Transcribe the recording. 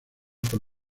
por